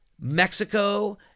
Mexico